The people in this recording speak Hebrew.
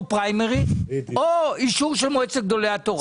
פריימריז או אישור של מועצת גדולי התורה.